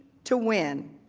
to win.